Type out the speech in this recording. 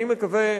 אני מקווה,